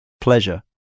pleasure